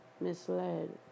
misled